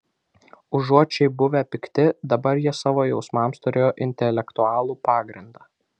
užuot šiaip buvę pikti dabar jie savo jausmams turėjo intelektualų pagrindą